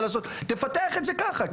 לפתח את זה ככה.